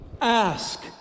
Ask